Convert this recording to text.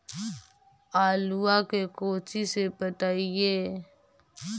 आलुआ के कोचि से पटाइए?